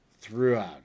throughout